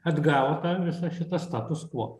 atgavo tą visą šitą status kvo